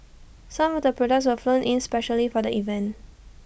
some of the products were flown in specially for the event